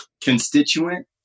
constituent